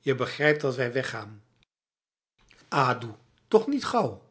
je begrijpt dat wij weggaan adoe toch niet gauw